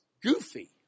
goofy